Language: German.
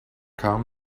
kam